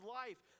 life